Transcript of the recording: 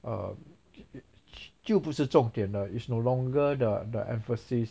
um 就不是重点了 it's no longer the the emphasis